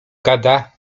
gada